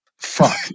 fuck